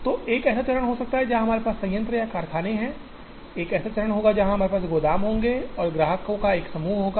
तो एक ऐसा चरण हो सकता है जहां हमारे पास संयंत्र या कारखाने हैं एक ऐसा चरण होगा जहां हमारे पास गोदाम होंगे और ग्राहकों का एक समूह होगा